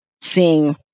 seeing